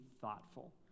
thoughtful